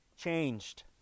changed